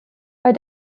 bei